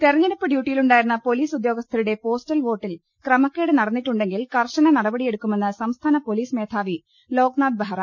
തെരഞ്ഞെടുപ്പ് ഡ്യൂട്ടിയിലുണ്ടായിരുന്ന പൊലീസ് ഉദ്യോഗ സ്ഥരുടെ പോസ്റ്റൽ വോട്ടിൽ ക്രമക്കേട് നടന്നിട്ടുണ്ടെങ്കിൽ കർശന നടപടിയെടുക്കുമെന്ന് സംസ്ഥാന പൊലീസ് മേധാവി ലോക്നാഥ് ബെഹ്റ